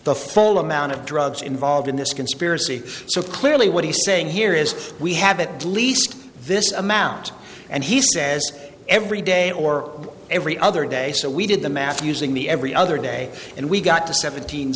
the full amount of drugs involved in this conspiracy so clearly what he's saying here is we have at least this amount and he says every day or every other day so we did the math using the every other day and we got to seven